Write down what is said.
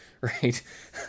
right